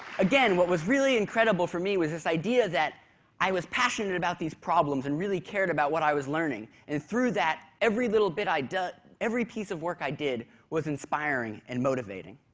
what was really incredible for me was this idea that i was passionate about these problems and really cared about what i was learning, and through that, every little bit i'd done, every piece of work i did, was inspiring and motivating.